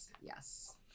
Yes